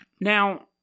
Now